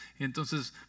Entonces